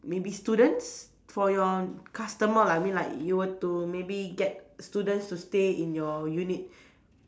maybe students for your customer lah I mean like you were to maybe get students to stay in your unit